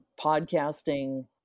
podcasting